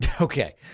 Okay